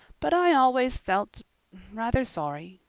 but i always felt rather sorry.